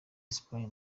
espagne